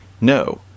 no